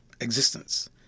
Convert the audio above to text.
existence